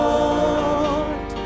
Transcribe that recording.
Lord